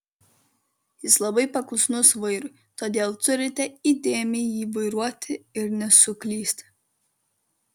jis labai paklusnus vairui todėl turite įdėmiai jį vairuoti ir nesuklysti